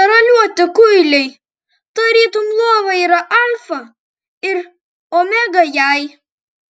o neraliuoti kuiliai tarytum lova yra alfa ir omega jai